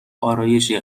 ارایشی